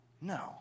No